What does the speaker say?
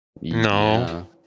No